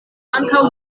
ankaŭ